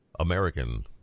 American